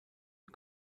you